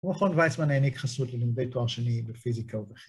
רוחון ויצמן העניק חסות ללימדי תואר שני בפיזיקה ובחינוך